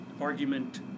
argument